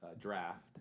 Draft